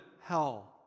hell